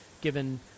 given